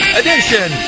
edition